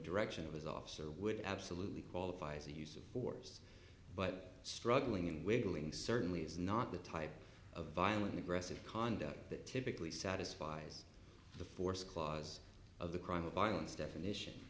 direction of his officer would absolutely qualify as a use of force but struggling wiggling certainly is not the type of violent aggressive conduct that typically satisfies the force clause of the crime of violence definition